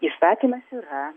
įstatymas yra